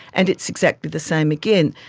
and it's exactly the same again,